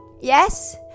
Yes